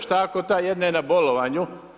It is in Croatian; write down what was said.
Šta ako ta jedna je na bolovanju?